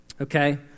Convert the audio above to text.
okay